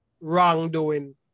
wrongdoing